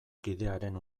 kidearen